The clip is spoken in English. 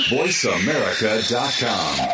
voiceamerica.com